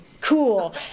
Cool